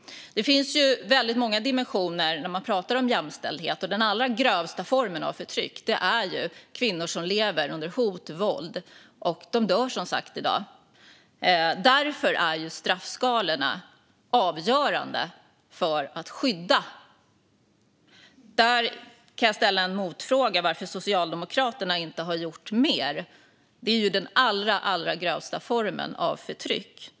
De finns väldigt många dimensioner när man pratar om jämställdhet. Den allra grövsta formen av förtryck utsätts de kvinnor för som lever under hot och våld, och de dör som sagt i dag. Straffskalorna är avgörande för att skydda dem, och jag vill därför ställa motfrågan varför Socialdemokraterna inte har gjort mer när detta är den allra, allra grövsta formen av förtryck.